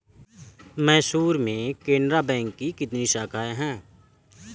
मैसूर में केनरा बैंक की कितनी शाखाएँ है?